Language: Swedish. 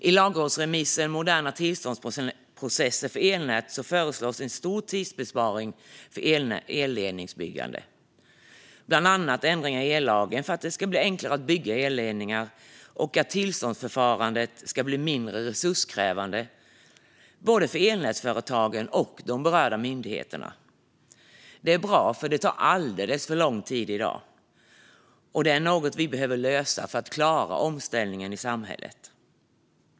I lagrådsremissen Moderna tillståndsprocesser för elnät föreslås en stor tidsbesparing för elledningsbyggande, bland annat ändringar i ellagen, för att det ska bli enklare att bygga elledningar och för att tillståndsförfarandet ska bli mindre resurskrävande för både elnätsföretagen och de berörda myndigheterna. Det är bra, för det tar alldeles för lång tid i dag. Detta är något vi behöver lösa för att klara omställningen i samhället.